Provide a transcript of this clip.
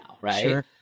right